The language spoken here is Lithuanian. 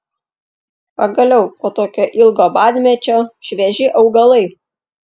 pagaliau po tokio ilgo badmečio švieži augalai